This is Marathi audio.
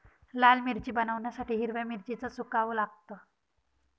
लाल मिरची बनवण्यासाठी हिरव्या मिरचीला सुकवाव लागतं